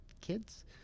kids